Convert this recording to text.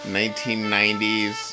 1990s